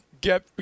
get